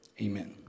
Amen